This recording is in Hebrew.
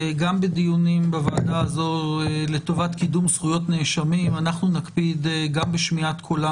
בדיונים בנושא הזה אנחנו נקפיד בשמיעת קולם